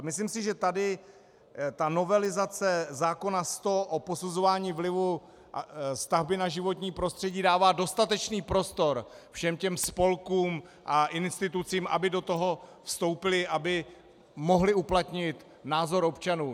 Myslím si, že tady novelizace zákona 100, o posuzování vlivu stavby na životní prostředí, dává dostatečný prostor všem spolkům a institucím, aby do toho vstoupily, aby mohly uplatnit názor občanů.